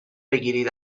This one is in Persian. بگیرید